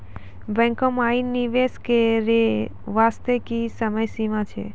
बैंको माई निवेश करे बास्ते की समय सीमा छै?